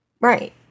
Right